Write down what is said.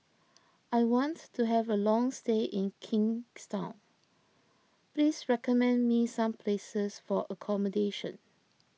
I want to have a long stay in Kingstown please recommend me some places for accommodation